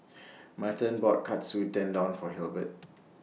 Merton bought Katsu Tendon For Hilbert